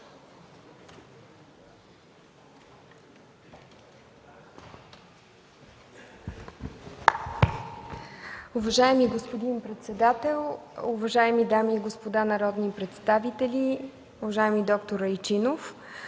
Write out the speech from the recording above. Уважаеми господин председател, уважаеми дами и господа народни представители, уважаеми д-р Райчинов!